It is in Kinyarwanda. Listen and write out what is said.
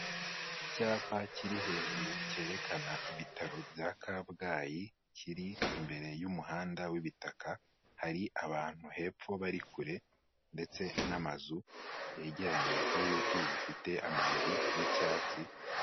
Icyapa kiri hejuru cyerekana ibitaro bya Kabgayi, kiri imbere y'umuhanda w'ibitaka, hari abantu hepfo bari kure ndetse n'amazu yegeranye n'ibiti bifite amababi y'icyatsi.